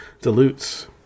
dilutes